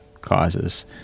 causes